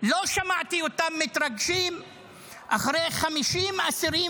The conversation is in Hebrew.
לא שמעתי אותם מתרגשים אחרי 50 אסירים